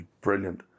brilliant